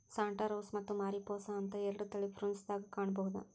Santa Rosa ಮತ್ತ Mariposa ಅಂತ ಎರಡು ತಳಿ ಪ್ರುನ್ಸ್ ದಾಗ ಕಾಣಬಹುದ